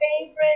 favorite